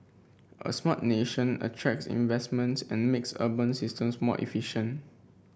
a Smart Nation attracts investments and makes urban systems more efficient